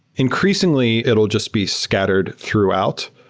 increasingly, it'll just be scattered throughout.